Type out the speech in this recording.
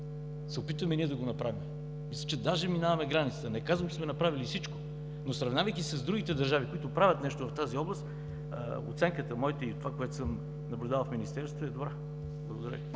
контролираме това, да го направим. Мисля, че даже минаваме границата. Не казвам, че сме направили всичко, но сравнявайки с другите държави, които правят нещо в тази област, моята оценката и това, което съм наблюдавал в Министерството, е добра. Благодаря